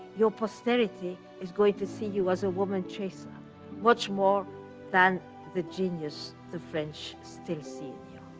your posterity is going to see you as a woman-chaser um much more than the genius the french still see